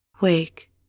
Wake